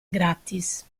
gratis